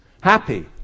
happy